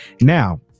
now